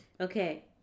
Okay